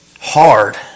hard